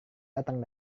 datang